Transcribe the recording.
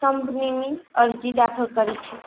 કંપનીની અરજી દાખલ કરી છે